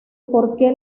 porque